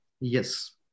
yes